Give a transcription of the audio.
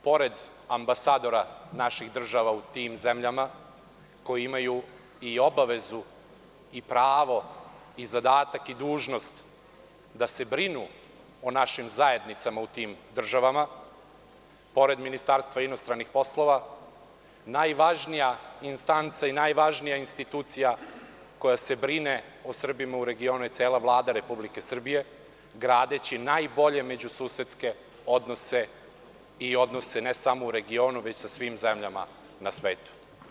Pored ambasadora naših država u tim zemljama, koji imaju i obavezu i pravo i zadatak i dužnost da se brinu o našim zajednicama u tim državama, pored Ministarstva inostranih poslova, najvažnija instanca i najvažnija institucija koja se brine o Srbima u regionu je cela Vlada Republike Srbije, gradeći najbolje međususedske odnose i odnose ne samo u regionu, već sa svimzemljama na svetu.